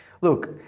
Look